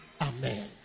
Amen